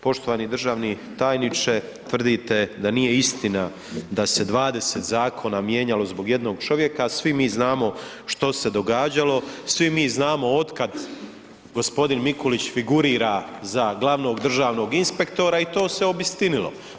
Poštovani državni tajniče, tvrdite da nije istina da se 20 zakona mijenjalo zbog jednog čovjeka a svi mi znamo što se događalo, svi mi znamo otkad g. Mikulić figurira za glavnom državnog inspektora i to se obistinilo.